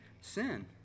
sin